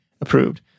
approved